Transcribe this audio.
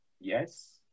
Yes